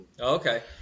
okay